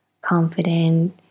confident